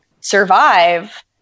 survive